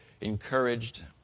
encouraged